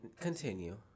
Continue